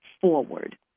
forward